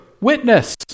witness